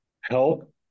help